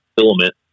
filament